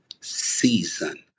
Season